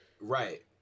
Right